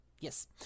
Yes